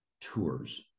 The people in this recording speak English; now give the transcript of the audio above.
tours